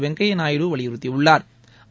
வெங்கய்யா நாயுடு வலியுறுத்தியுள்ளாா்